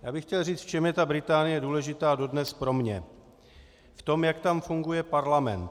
Já bych chtěl říct, v čem je ta Británie důležitá dodnes pro mě: v tom, jak tam funguje parlament.